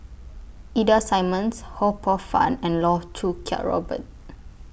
Ida Simmons Ho Poh Fun and Loh Choo Kiat Robert